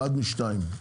אחד משניים.